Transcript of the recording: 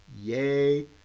Yay